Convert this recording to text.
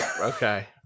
Okay